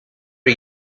are